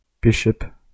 bishop